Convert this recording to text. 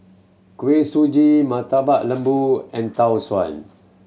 Kuih Suji Murtabak Lembu and Tau Suan